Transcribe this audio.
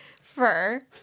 Fur